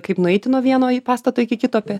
kaip nueiti nuo vieno į pastato iki kito apie